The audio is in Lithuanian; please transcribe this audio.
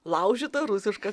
laužyta rusiška